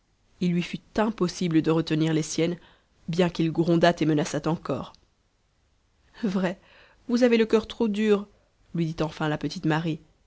il lui fut impossible de retenir les siennes bien qu'il grondât et menaçât encore vrai vous avez le cur trop dur lui dit enfin la petite marie